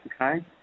okay